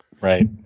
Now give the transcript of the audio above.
Right